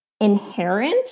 inherent